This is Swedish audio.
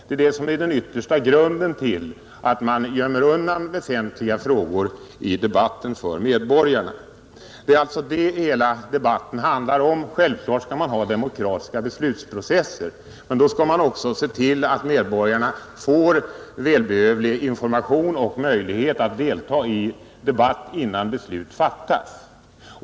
Det är detta som är den yttersta grunden till att man gömmer undan väsentliga fakta i debatten för medborgarna. Det är alltså det hela den här debatten egentligen handlar om. Självklart skall man ha demokratiska beslutsprocesser. Men då skall man också se till att medborgarna får välbehövlig information och möjlighet att delta i debatt innan beslut fattas.